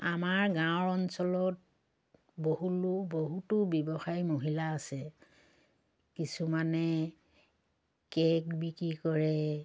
আমাৰ গাঁৱৰ অঞ্চলত বহুলো বহুতো ব্যৱসায়ী মহিলা আছে কিছুমানে কেক বিক্ৰী কৰে